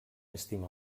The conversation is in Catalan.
estima